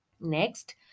Next